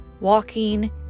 walking